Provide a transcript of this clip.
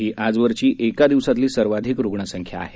ही आजवरची एका दिवसातली सर्वाधिक रुग्णसंख्या आहे